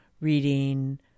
reading